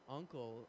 uncle